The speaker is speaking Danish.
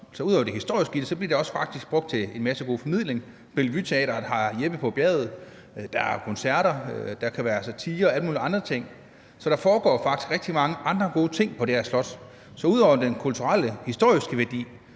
der er noget historisk i det, bliver det faktisk også brugt til en hel masse god formidling. Bellevue Teatret har spillet »Jeppe på bjerget«, der er koncerter, og der kan være satire og alle mulige andre ting. Så der foregår faktisk rigtig mange andre gode ting på det her slot, og ud over den kulturelle og historiske værdi